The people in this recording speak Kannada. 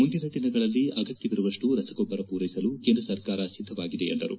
ಮುಂದಿನ ದಿನಗಳಲ್ಲಿ ಅಗತ್ಯವಿರುವಷ್ಟು ರಸಗೊಬ್ಬರ ಪೂರೈಸಲು ಕೇಂದ್ರ ಸರ್ಕಾರ ಸಿದ್ಧವಾಗಿದೆ ಎಂದು ಹೇಳಿದರು